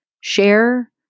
share